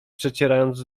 przecierając